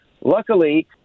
Luckily